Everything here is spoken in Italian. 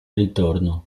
ritorno